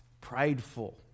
prideful